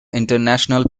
international